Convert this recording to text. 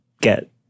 get